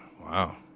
Wow